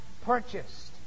purchased